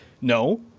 no